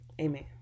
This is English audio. amen